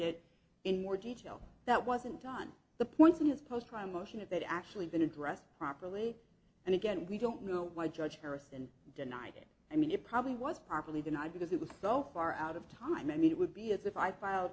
it in more detail that wasn't done the points in his post try motion of that actually been addressed properly and again we don't know why judge harrison denied it i mean it probably was properly denied because it was so far out of time it would be as if i file